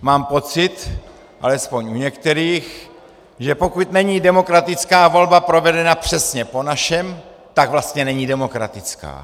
Mám pocit, alespoň u některých, že pokud není demokratická volba provedena přesně po našem, tak vlastně není demokratická.